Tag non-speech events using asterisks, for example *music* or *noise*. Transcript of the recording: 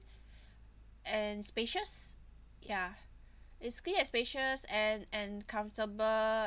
*breath* and spacious ya *breath* it's clean and spacious and and comfortable